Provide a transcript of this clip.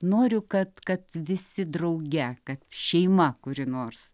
noriu kad kad visi drauge kad šeima kuri nors